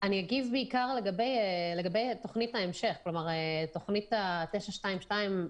בעיקר לגבי תוכנית ההמשך, תוכנית 922,